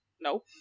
No